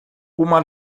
uma